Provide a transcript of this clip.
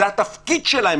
זה התפקיד שלהם.